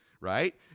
right